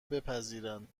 بپذیرند